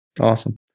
awesome